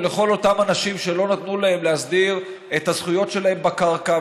וכל אותם אנשים שלא נתנו להם להסדיר את הזכויות שלהם בקרקע,